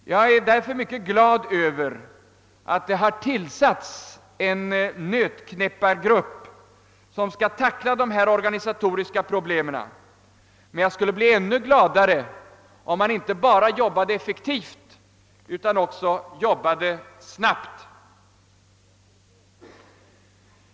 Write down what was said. Jag är därför mycket glad över att det har tillsatts en nötknäppargrupp som skall tackla dessa organisatoriska problem, men jag skulle bli ännu gladare om man arbetade inte bara effektivt utan också snabbt.